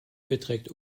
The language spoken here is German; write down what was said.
beträgt